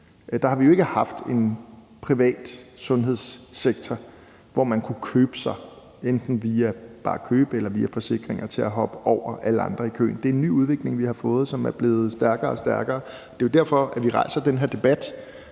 der har vi ikke haft en privat sundhedssektor, hvor man kunne købe sig til – enten via køb eller forsikringer – at springe over alle andre i køen. Det er en ny udvikling, vi har fået, og som er blevet stærkere og stærkere. Det er jo derfor, at vi rejser den her debat.